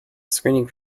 screening